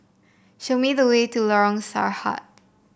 show me the way to Lorong Sarhad